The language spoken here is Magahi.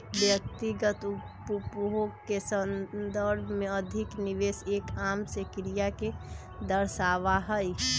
व्यक्तिगत उपभोग के संदर्भ में अधिक निवेश एक आम से क्रिया के दर्शावा हई